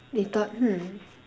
they thought hmm